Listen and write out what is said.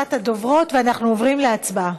אחרונת הדוברות, ואנחנו עוברים להצבעה.